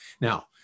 Now